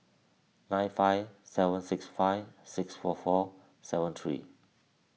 nine five seven six five six four four seven three